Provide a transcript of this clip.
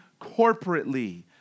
corporately